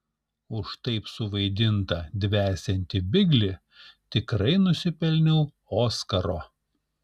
už taip suvaidintą dvesiantį biglį tikrai nusipelniau oskaro